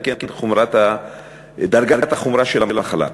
וגם דרגת החומרה של המחלה.